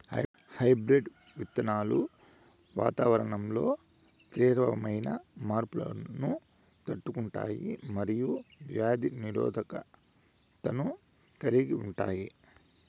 hybrid విత్తనాలు వాతావరణంలో తీవ్రమైన మార్పులను తట్టుకుంటాయి మరియు వ్యాధి నిరోధకతను కలిగి ఉంటాయి